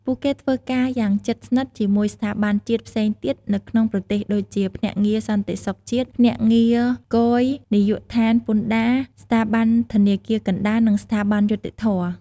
ពួកគេធ្វើការយ៉ាងជិតស្និទ្ធជាមួយ ស្ថាប័នជាតិ ផ្សេងទៀតនៅក្នុងប្រទេសដូចជា ភ្នាក់ងារសន្តិសុខជាតិ ភ្នាក់ងារគយ នាយកដ្ឋានពន្ធដារ ស្ថាប័នធនាគារកណ្តាល និងស្ថាប័នយុត្តិធម៌។